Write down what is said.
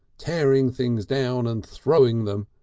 tearing things down and throwing them,